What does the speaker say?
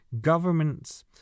governments